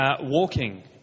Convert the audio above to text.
walking